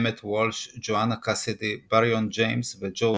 אמט וולש, ג'ואנה קסידי, בריון ג'יימס וג'ו